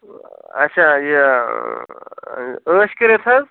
اَچھا یہِ عٲش کٔرِتھ حظ